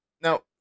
Now